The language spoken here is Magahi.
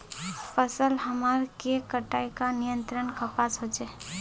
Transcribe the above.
फसल हमार के कटाई का नियंत्रण कपास होचे?